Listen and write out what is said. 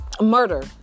murder